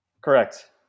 Correct